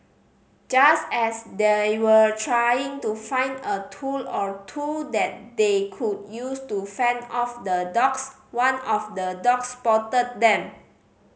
just as they were trying to find a tool or two that they could use to fend off the dogs one of the dogs spotted them